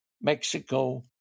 Mexico